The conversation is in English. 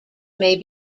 may